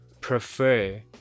prefer